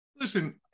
Listen